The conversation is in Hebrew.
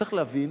צריך להבין